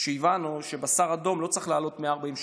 כשהבנו שבשר אדום לא צריך לעלות 140,